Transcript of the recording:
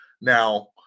Now